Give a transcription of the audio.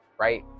right